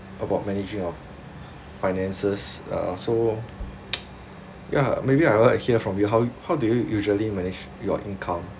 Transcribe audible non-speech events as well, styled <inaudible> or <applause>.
about managing of finances uh so <noise> ya maybe I would like hear from you how you how do you usually manage your income